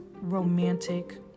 romantic